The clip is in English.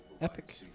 epic